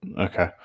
okay